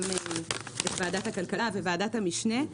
גם בוועדת הכלכלה ובוועדת המשנה.